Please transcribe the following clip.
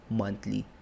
monthly